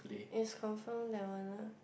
it's confirm that one ah